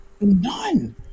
none